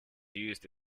used